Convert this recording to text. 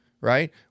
right